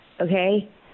okay